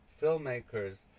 filmmakers